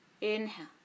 inhale